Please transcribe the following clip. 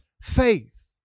faith